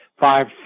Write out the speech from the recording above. five